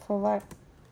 for what